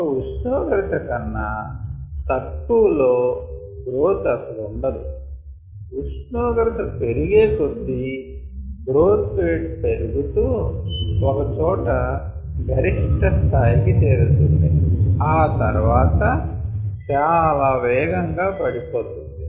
ఒక ఉష్ణోగ్రత కన్నా తక్కువ లో గ్రోత్ అసలు ఉండదు ఉష్ణోగ్రత పెరిగే కొద్దీ గ్రోత్ రేట్ పెరుగుతూ ఒక చోట గరిష్ట స్థాయికి చేరుతుంది ఆ తర్వాత చాలా వేగంగా పడిపోతుంది